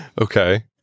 Okay